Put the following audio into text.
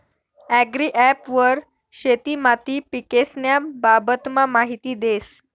agri app वर शेती माती पीकेस्न्या बाबतमा माहिती देस